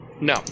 No